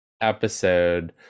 episode